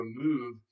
remove